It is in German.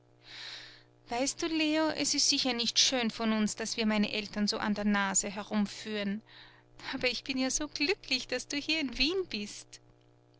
weißt du leo es ist sicher nicht schön von uns daß wir meine eltern so an der nase herumführen aber ich bin ja so glücklich daß du hier in wien bist